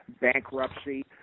bankruptcy